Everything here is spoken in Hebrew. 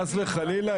חס וחלילה,